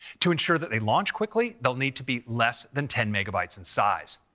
to ensure that they launch quickly, they'll need to be less than ten megabytes in size.